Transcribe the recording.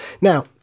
Now